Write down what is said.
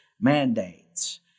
mandates